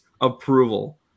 approval